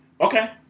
Okay